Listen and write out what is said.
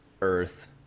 earth